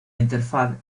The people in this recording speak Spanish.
interfaz